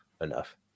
enough